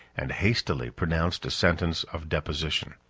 and hastily pronounced a sentence of deposition.